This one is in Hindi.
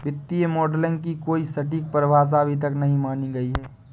वित्तीय मॉडलिंग की कोई सटीक परिभाषा अभी तक नहीं मानी गयी है